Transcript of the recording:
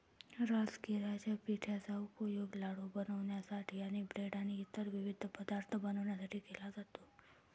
राजगिराच्या पिठाचा उपयोग लाडू बनवण्यासाठी आणि ब्रेड आणि इतर विविध पदार्थ बनवण्यासाठी केला जातो